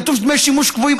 כתוב דמי שימוש קבועים,